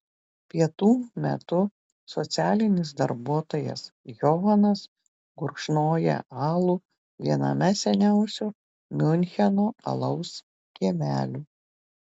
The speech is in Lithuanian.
pietų metu socialinis darbuotojas johanas gurkšnoja alų viename seniausių miuncheno alaus kiemelių